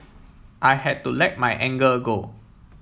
I had to let my anger go